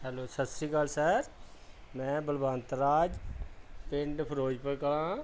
hello ਸਤਿ ਸ਼੍ਰੀ ਅਕਾਲ ਸਰ ਮੈਂ ਬਲਵੰਤ ਰਾਜ ਪਿੰਡ ਫਿਰੋਜ਼ਪੁਰ ਕਲਾਂ